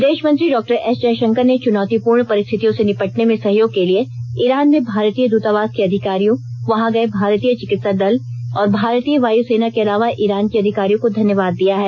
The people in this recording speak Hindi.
विदेश मंत्री डॉक्टर एस जयशंकर ने चुनौतीपूर्ण परिस्थतियों से निपटने में सहयोग के लिए ईरान में भारतीय दूतावास के अधिकारियों वहां गए भारतीय चिकित्सा दल और भारतीय वायु सेना के अलावा ईरान के अधिकारियों को धन्यवाद दिया है